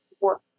work